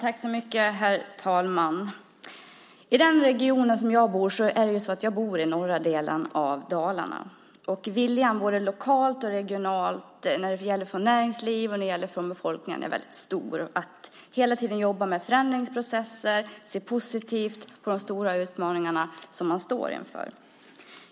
Herr talman! I den region som jag bor i, norra Dalarna, är viljan både lokalt och regionalt stor att jobba med förändringsprocesser och se positivt på de stora utmaningar man står inför. Det gäller både näringslivet och befolkningen.